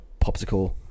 popsicle